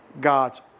God's